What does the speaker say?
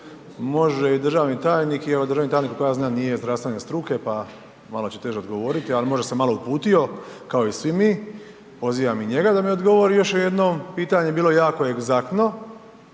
može i državni tajnik i evo državni tajnik koliko ja znam, nije zdravstvene struke, pa malo će teže odgovoriti, ali možda se malo uputio kao i svi mi, pozivam i njega da mi odgovori još jednom, pitanje je bilo jako egzaktno.